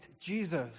Jesus